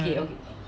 mmhmm